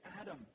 Adam